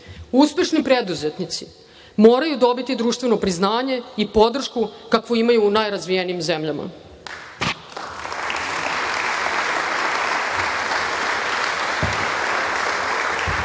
Uspešni preduzetnici moraju dobiti društveno priznanje i podršku kakvu imaju u najrazvijenijim zemljama. Biti